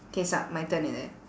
K my turn is it